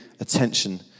attention